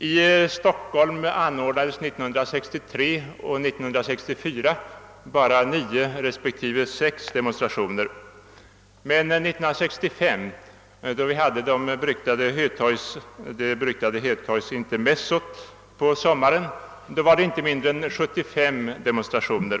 I Stockholm anordnades 1963 och 1964 bara 9 respektive 6 demonstrationer men 1965, då vi hade det beryktade hötorgsintermezzot på sommaren, var det inte mindre än 75 demonstrationer.